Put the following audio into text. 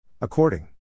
According